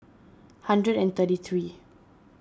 hundred and thirty three